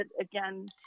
again